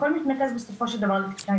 הכל מתנקז בסופו של דבר ---.